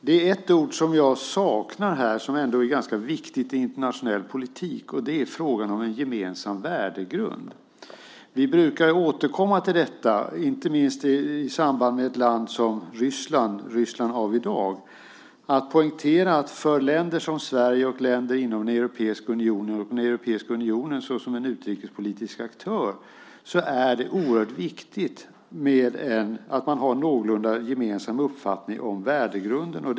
Det är ett ord som jag saknar här, som ändå är ganska viktigt i internationell politik, och det är frågan om en gemensam värdegrund. Vi brukar återkomma till detta, inte minst i samband med ett land som Ryssland av i dag, och poängtera att för länder som Sverige, länder inom den europeiska unionen och Europeiska unionen såsom en utrikespolitisk aktör är det oerhört viktigt att man har någorlunda gemensam uppfattning om värdegrunden.